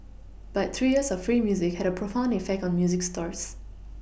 but three years of free music had a profound effect on music stores